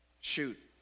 Shoot